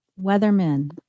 weathermen